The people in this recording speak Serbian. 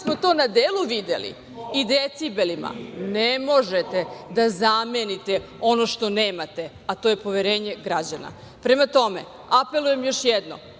smo to na delu videli i decibelima. Ne možete da zamenite ono što nemate, a to je poverenje građana. Prema tome, apelujem još jednom.